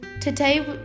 Today